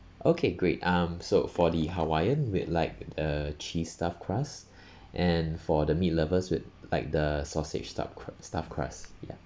okay great um so for the hawaiian we'd like the cheese stuffed crust and for the meat lovers we'd like the sausage stuffed cru~ stuffed crust ya